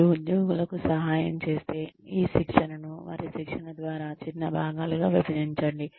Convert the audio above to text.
మీరు ఉద్యోగులకు సహాయం చేస్తే ఈ శిక్షణను వారి శిక్షణ ద్వారా చిన్న భాగాలుగా విభజించండి